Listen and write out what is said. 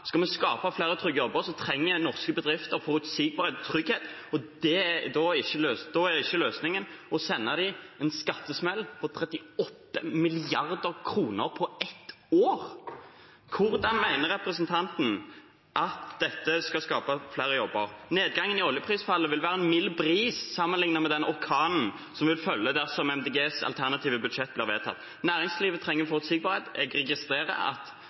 Skal vi skape flere trygge jobber, trenger norske bedrifter forutsigbarhet og trygghet, og da er ikke løsningen å sende dem en skattesmell på 38 mrd. kr på ett år. Hvordan mener representanten at dette skal skape flere jobber? Nedgangen i oljeprisen vil være en mild bris sammenlignet med den orkanen som ville følge dersom MDGs alternative budsjett ble vedtatt. Næringslivet trenger forutsigbarhet, og jeg registrerer